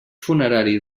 funerari